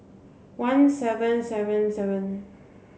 one seven seven seven